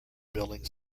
building